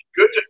Good